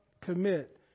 commit